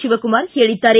ಶಿವಕುಮಾರ್ ಹೇಳಿದ್ದಾರೆ